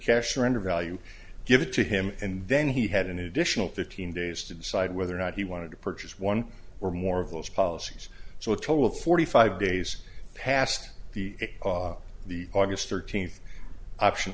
cash or undervalue give it to him and then he had an additional fifteen days to decide whether or not he wanted to purchase one or more of those policies so a total of forty five days passed the the aug thirteenth option